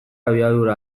abiadura